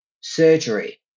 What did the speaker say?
surgery